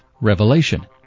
Revelation